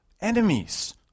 enemies